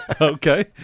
Okay